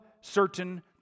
certain